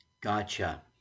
Gotcha